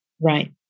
Right